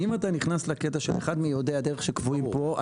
אם אתה נכנס לקטע של אחד מיודעי הדרך שקבועים פה,